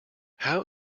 how